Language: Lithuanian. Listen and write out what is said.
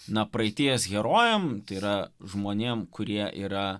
na praeities herojam tai yra žmonėm kurie yra